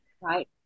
Right